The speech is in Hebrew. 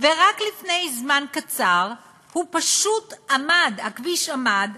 ורק לפני זמן קצר הוא פשוט עמד, הכביש עמד.